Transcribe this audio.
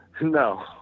No